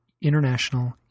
International